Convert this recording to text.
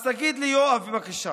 אז תגיד לי, יואב, בבקשה,